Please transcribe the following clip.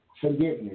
forgiveness